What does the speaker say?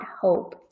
hope